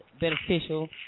beneficial